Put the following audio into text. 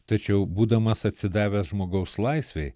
tačiau būdamas atsidavęs žmogaus laisvei